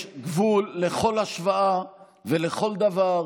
יש גבול לכל השוואה ולכל דבר.